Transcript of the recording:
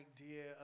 idea